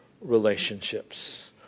relationships